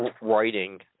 writing